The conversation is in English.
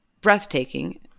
Breathtaking